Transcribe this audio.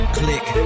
click